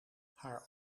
haar